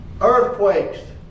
earthquakes